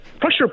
pressure